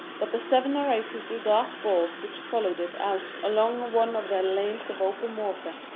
but the seven or eight little dark balls which followed it out along one of the lanes of open water,